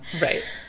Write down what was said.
Right